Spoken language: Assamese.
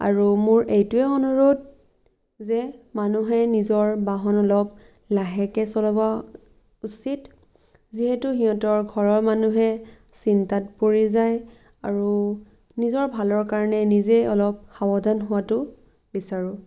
আৰু মোৰ এইটোৱে অনুৰোধ যে মানুহে নিজৰ বাহন অলপ লাহেকে চলাব উচিত যিহেতু সিহঁতৰ ঘৰৰ মানুহে চিন্তাত পৰি যায় আৰু নিজৰ ভালৰ কাৰণে নিজে অলপ সাৱধান হোৱাতো বিচাৰোঁ